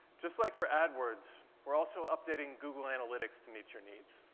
just like for adwords, we're also update ing google analytics to meet your needs.